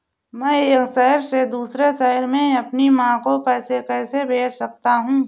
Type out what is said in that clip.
मैं एक शहर से दूसरे शहर में अपनी माँ को पैसे कैसे भेज सकता हूँ?